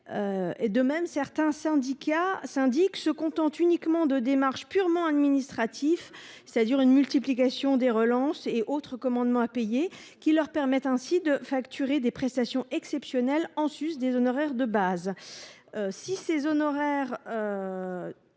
De même, certains syndics se contentent de démarches purement administratives – multiplication des relances et autres commandements de payer –, leur permettant ainsi de facturer des prestations exceptionnelles en sus de leurs honoraires de base. Si les honoraires